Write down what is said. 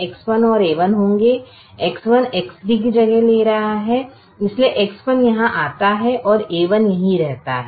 X1 X3 की जगह ले रहा है इसलिए X1 यहां आता है a1 यही रहता है